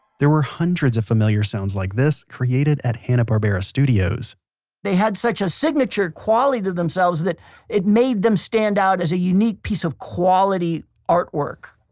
there were hundreds of familiar sounds like this created at hanna-barbera studios they had such a signature quality to themselves that it made them stand out as a unique piece of quality artwork,